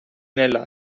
nella